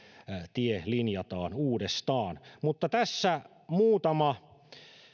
tie linjataan uudestaan mutta tässä muutama